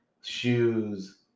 shoes